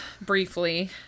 briefly